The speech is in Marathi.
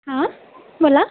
हां बोला